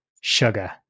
Sugar